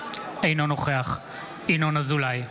אינו נוכח ינון אזולאי,